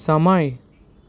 સમય